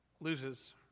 loses